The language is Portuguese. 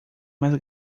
mais